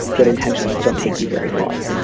good intentions. don't take you very far